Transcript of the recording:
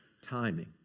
timing